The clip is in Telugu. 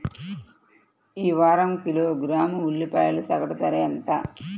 ఈ వారం కిలోగ్రాము ఉల్లిపాయల సగటు ధర ఎంత?